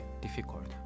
difficult